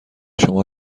شما